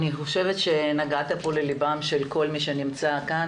אני חושבת שנגעת פה לליבם של כל מי שנמצא כאן.